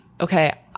okay